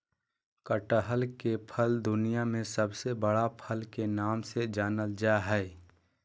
कटहल के फल दुनिया में सबसे बड़ा फल के नाम से जानल जा हइ